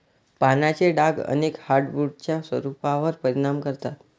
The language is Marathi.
पानांचे डाग अनेक हार्डवुड्सच्या स्वरूपावर परिणाम करतात